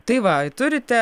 tai va turite